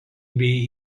bei